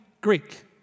Greek